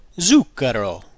Zucchero